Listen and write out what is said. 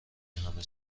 همه